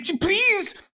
please